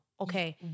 Okay